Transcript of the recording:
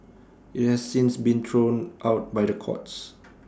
IT has since been thrown out by the courts